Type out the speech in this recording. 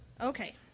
Okay